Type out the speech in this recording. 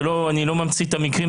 אני לא ממציא את המקרים,